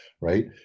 right